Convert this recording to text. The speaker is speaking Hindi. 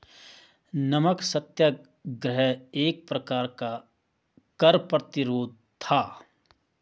नमक सत्याग्रह एक प्रकार का कर प्रतिरोध था